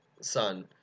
son